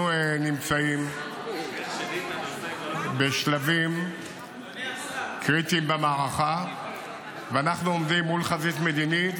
אנחנו נמצאים בשלבים קריטיים במערכה ואנחנו עומדים מול חזית מדינית.